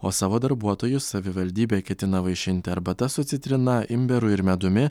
o savo darbuotojus savivaldybė ketina vaišinti arbata su citrina imbieru ir medumi